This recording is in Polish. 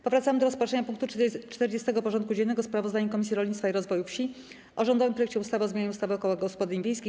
Powracamy do rozpatrzenia punktu 40. porządku dziennego: Sprawozdanie Komisji Rolnictwa i Rozwoju Wsi o rządowym projekcie ustawy o zmianie ustawy o kołach gospodyń wiejskich.